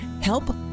Help